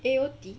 A_O_T